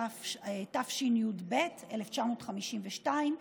התשי"ב 1952,